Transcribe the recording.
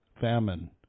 famine